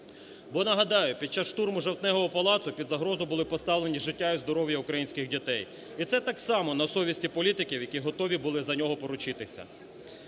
Бо, нагадаю, під час штурму Жовтневого палацу під загрозу були поставлені життя і здоров'я українських дітей, і це так само на совісті політиків, які готові були за нього поручитися.